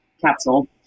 capsule